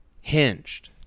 Hinged